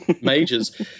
majors